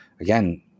again